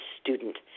student